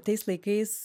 tais laikais